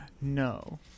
No